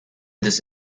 this